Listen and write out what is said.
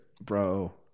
Bro